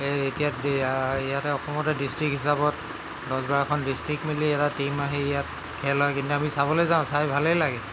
এই এতিয়াত ইয়াতে অসমতে ডিষ্ট্ৰিক্ট হিচাপত দহ বাৰখন ডিষ্ট্ৰিক মেলি এটা টীম আহি ইয়াত খেল হয় আমি চাবলৈ যাওঁ চাই ভালেই লাগে